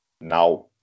now